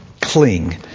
cling